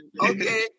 Okay